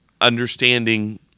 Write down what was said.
understanding